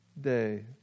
day